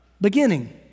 beginning